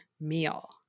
meal